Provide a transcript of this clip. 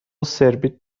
سربیت